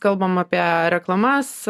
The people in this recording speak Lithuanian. kalbam apie reklamas